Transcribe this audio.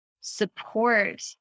support